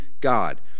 God